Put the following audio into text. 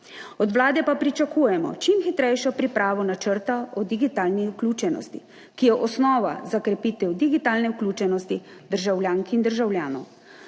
od Vlade pa pričakujemo čim hitrejšo pripravo načrta o digitalni vključenosti, ki je osnova za krepitev digitalne vključenosti državljank in državljanov.